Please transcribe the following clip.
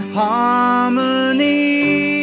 harmony